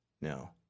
No